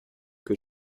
que